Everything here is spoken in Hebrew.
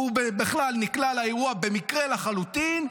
הוא בכלל נקלע לאירוע במקרה לחלוטין.